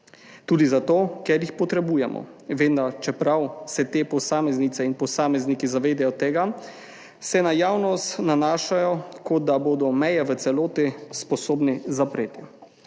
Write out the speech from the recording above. tudi zato, ker jih potrebujemo, vendar čeprav se te posameznice in posamezniki zavedajo tega, se na javnost nanašajo kot, da bodo meje v celoti sposobni zapreti.